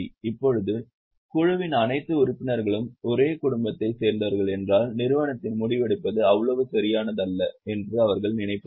இப்போது குழுவின் அனைத்து உறுப்பினர்களும் ஒரே குடும்பத்தைச் சேர்ந்தவர்கள் என்றால் நிறுவனத்தின் முடிவெடுப்பது அவ்வளவு சரியானது அல்ல என்று அவர்கள் நினைப்பார்கள்